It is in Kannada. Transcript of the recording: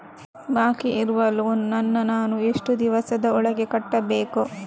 ಬಾಕಿ ಇರುವ ಲೋನ್ ನನ್ನ ನಾನು ಎಷ್ಟು ದಿವಸದ ಒಳಗೆ ಕಟ್ಟಬೇಕು?